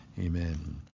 Amen